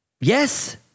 Yes